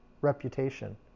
reputation